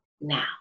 now